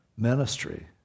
ministry